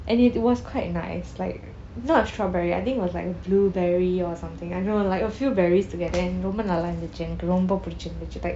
and it was quite nice like not strawberry I think it was like blueberry or something I don't know like a few berries together and ரோம்ப நல்லாந்தச்சு ரோம்ப பிடிச்சிருந்தது:romba nallarthachu romba pidichirunthathu like